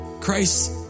Christ